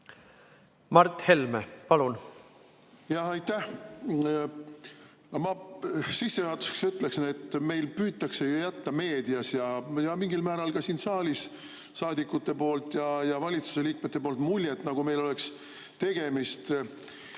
Mart Helme, palun!